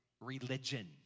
religion